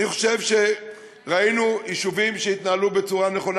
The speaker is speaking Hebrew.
אני חושב שראינו יישובים שהתנהלו בצורה נכונה.